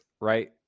right